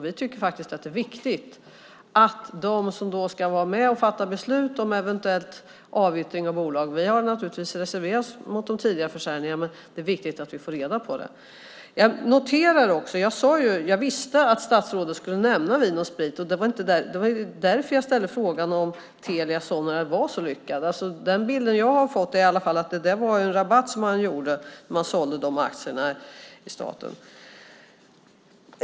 Vi tycker att det är viktigt att vi som ska vara med och fatta beslut om eventuell avyttring av bolag - vi har naturligtvis reserverat oss mot de tidigare försäljningarna - får reda på det. Jag visste att statsrådet skulle nämna Vin & Sprit. Det var därför jag ställde frågan om Telia Sonera var så lyckad. Den bild som jag har fått är i alla fall att det var en rabatt som gavs när staten sålde de aktierna.